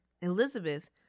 Elizabeth